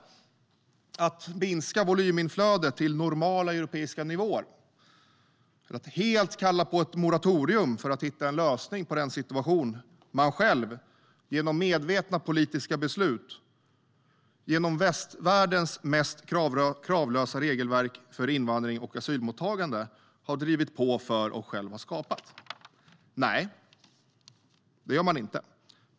Är det att minska volyminflödet till normala europeiska nivåer och att kalla på ett moratorium för att hitta en lösning på den situation som man själv genom medvetna politiska beslut, genom västvärldens mest kravlösa regelverk för invandring och asylmottagande, har drivit på för och själv har skapat? Nej, det gör man inte.